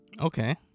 okay